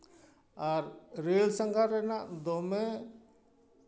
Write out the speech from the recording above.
ᱟᱨ rail ᱥᱟᱸᱜᱷᱟᱨ ᱨᱮᱱᱟᱜ ᱫᱚᱢᱮ